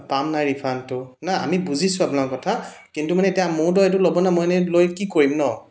পাম নাই ৰিফাণ্ডটো নাই আমি বুজিছোঁ আপোনালোকৰ কথা কিন্তু মানে এতিয়া মোৰতো এইটো ল'ব নোৱাৰোঁ মই এনে লৈ কি কৰিম ন